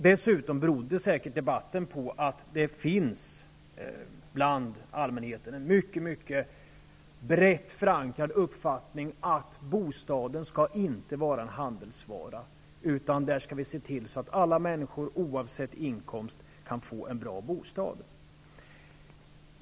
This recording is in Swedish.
Dessutom berodde debatten säkert på att det bland allmänheten finns en mycket brett förankrad uppfattning att bostaden inte skall vara en handelsvara, utan alla människor måste oavsett inkomst kunna få en bra bostad.